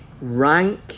rank